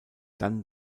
dann